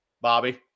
Bobby